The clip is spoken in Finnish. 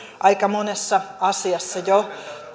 aika monessa asiassa jo